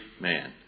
man